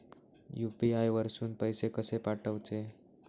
UPI वरसून पैसे कसे पाठवचे?